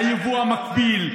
היבוא המקביל.